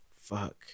Fuck